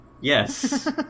yes